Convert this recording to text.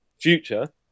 future